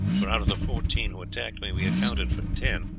for out of the fourteen who attacked me we accounted for ten,